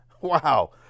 Wow